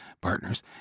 partners